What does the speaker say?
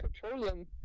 petroleum